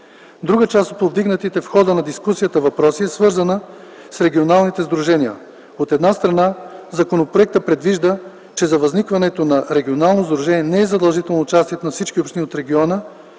Друга част от повдигнатите в хода на дискусията въпроси, е свързана с регионалните сдружения. От една страна, законопроектът предвижда, че за възникване на регионално сдружение не е задължително участието на всички общини от региона.